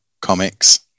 comics